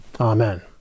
Amen